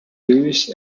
louise